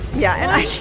yeah.